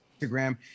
Instagram